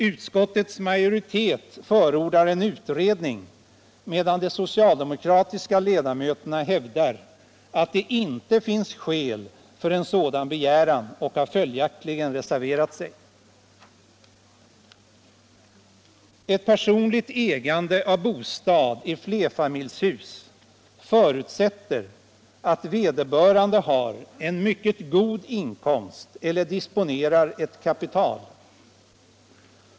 Utskottets majoritet förordar en utredning, medan de socialdemokratiska ledamöterna hävdar att det inte finns skäl för en sådan begäran och följaktligen har reserverat sig. Ett personligt ägande av bostad i flerfamiljshus förutsätter att vederbörande har en mycket god inkomst eller disponerar ett kapital.